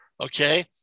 Okay